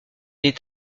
est